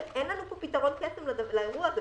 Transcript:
אין לנו פה פתרון קסם לאירוע הזה,